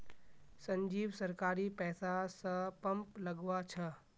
संजीव सरकारी पैसा स पंप लगवा छ